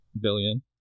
billion